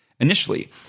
initially